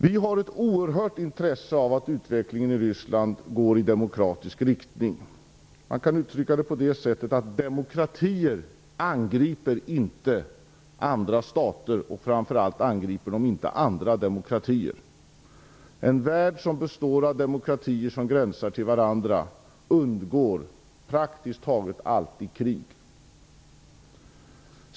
Vi har ett oerhört intresse av att utvecklingen i Ryssland går i demokratisk riktning. Man kan uttrycka det på det sättet, att demokratier angriper inte andra stater, och framför allt angriper de inte andra demokratier. En värld som består av demokratier som gränsar till varandra undgår praktiskt taget alltid krig.